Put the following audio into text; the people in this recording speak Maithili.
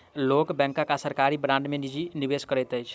लोक बैंक आ सरकारी बांड में निजी निवेश करैत अछि